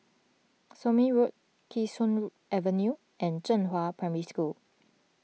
Somme Road Kee Sun Avenue and Zhenghua Primary School